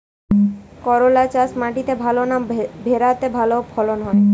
করলা চাষ মাটিতে ভালো না ভেরাতে ভালো ফলন হয়?